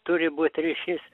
turi būt ryšys